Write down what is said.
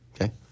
okay